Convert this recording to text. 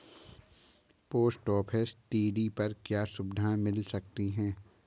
Post office TD पर क्या सुविधाएँ मिल सकती है?